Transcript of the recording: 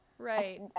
Right